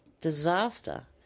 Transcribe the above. disaster